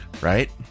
right